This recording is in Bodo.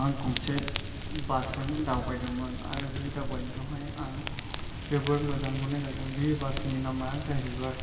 आं गंसे बासजों दावबायदोंमोन आरो बे दावबायनायाव हाय आं जोबोर मोजां मोन्नाय जादों बे बासनि नामा जाहैबाय